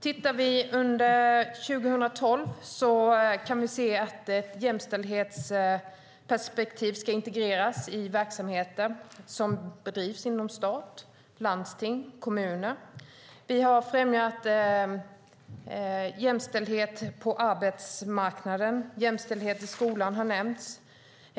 Tittar vi under 2012 kan vi se att ett jämställdhetsperspektiv ska integreras i verksamheter som bedrivs inom stat, landsting och kommun. Vi har främjat jämställdhet på arbetsmarknaden. Även jämställdhet i skolan har nämnts.